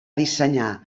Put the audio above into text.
dissenyar